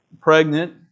pregnant